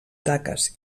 taques